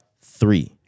three